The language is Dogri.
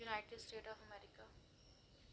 अमेरिका